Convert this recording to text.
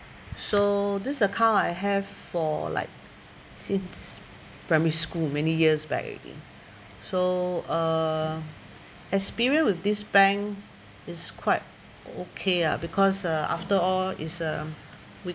so this account I have for like since primary school many years back already so uh experience with this bank is quite okay ah because uh after all is uh with